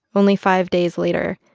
only five days later,